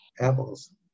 apples